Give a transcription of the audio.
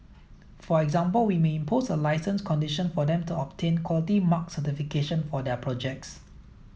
for example we may impose a licence condition for them to obtain Quality Mark certification for their projects